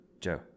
Joe